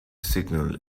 signal